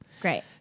Great